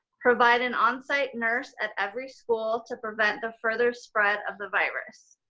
provide an on site nurse at every school to prevent the further spread of the virus.